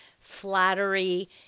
flattery